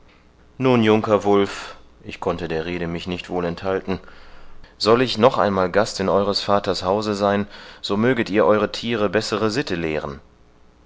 nun junker wulf ich konnte der rede mich nicht wohl enthalten soll ich noch einmal gast in eueres vaters hause sein so möget ihr euere thiere bessere sitte lehren